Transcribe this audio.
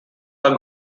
are